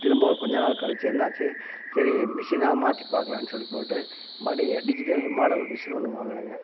திரும்ப கொஞ்சம் நாள் கழித்து என்ன ஆச்சு சரி மிஷின் தான் மாற்றி பார்க்கலான்னு சொல்லி போட்டு மறுபடி டிஜிட்டல் மாடல் மிஷின் ஒன்று வாங்குனேங்க